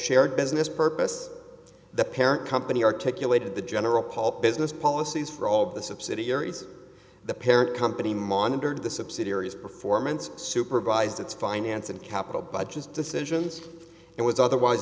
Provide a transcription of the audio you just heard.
shared business purpose the parent company articulated the general paul business policies for all the subsidiaries the parent company monitored the subsidiaries performance supervised its finance and capital budgets decisions and was otherwise